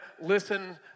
listen